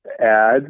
add